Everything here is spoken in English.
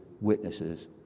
witnesses